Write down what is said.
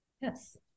Yes